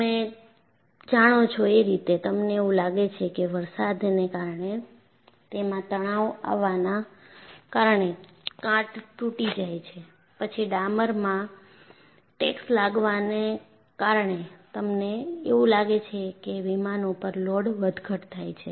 તમે જાણો છો એ રીતે તમને એવું લાગે છે કે વરસાદને કારણે એમાં તણાવ આવાના કારણે કાટ તૂટી જાય છે પછી ડામરમાં ટેક્સ લગાવવાને કારણે તમને એવું લાગે છે કે વિમાન ઉપર લોડ વધઘટ થયા કરે છે